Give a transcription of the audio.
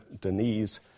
Denise